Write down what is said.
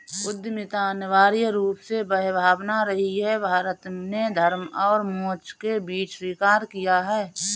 उद्यमिता अनिवार्य रूप से वह भावना रही है, भारत ने धर्म और मोक्ष के बीच स्वीकार किया है